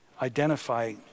identify